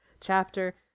chapter